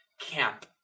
camp